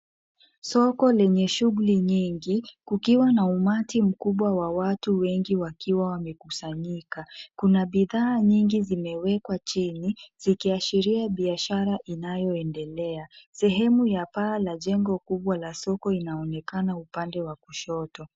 Soko lenye shughuli nyingi, kukiwa na umati mkubwa wa watu wengi wakiwa wamekusanyika. Kuna bidhaa nyingi zimewekwa chini, zikiashiria biashara inayoendelea. Sehemu ya paa la jengo kubwa la soko inaonekana upande wa kushoto.